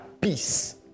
peace